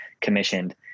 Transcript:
commissioned